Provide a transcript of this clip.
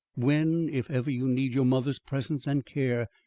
when, if ever, you need your mother's presence and care.